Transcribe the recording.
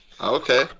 okay